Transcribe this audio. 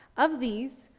of these,